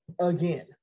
again